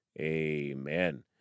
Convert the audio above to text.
amen